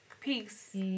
Peace